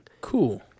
Cool